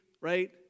right